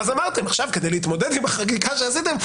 ואז אמרתם: עכשיו כדי להתמודד עם החגיגה שעשיתם,